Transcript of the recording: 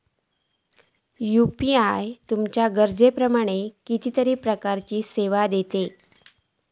UPI तुमच्या गरजेप्रमाण कितीतरी प्रकारचीं सेवा दिता